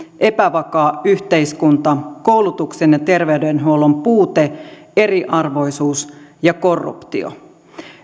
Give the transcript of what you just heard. epävakaa yhteiskunta koulutuksen ja terveydenhuollon puute eriarvoisuus ja korruptio